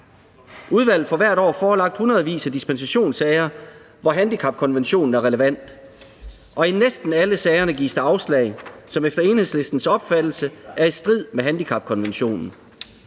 Udvalget får hvert år forelagt hundredvis af dispensationssager, hvor handicapkonventionen er relevant, og i næsten alle sagerne gives der afslag, hvilket efter Enhedslistens opfattelse er i strid med handicapkonventionen.